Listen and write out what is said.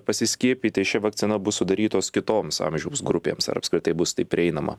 pasiskiepyti šia vakcina bus sudarytos kitoms amžiaus grupėms ar apskritai bus tai prieinama